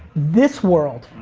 this world,